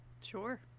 Sure